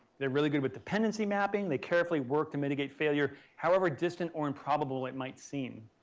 they're really good with dependency mapping. they carefully work to mitigate failure, however distant or improbable it might seem.